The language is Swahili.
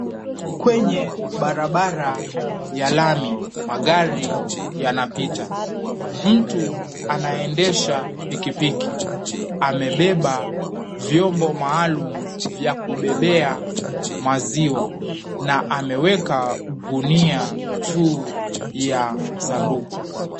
Kwenye barabara ya lami, magari yanapita. Mtu anaendesha pikipiki, amebeba vyombo maalum vya kubebea maziwa na ameweka gunia juu ya sanduku.